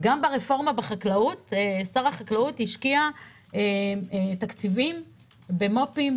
גם ברפורמה בחקלאות שר החקלאות השקיע תקציבים במו"פים,